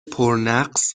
پرنقص